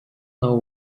know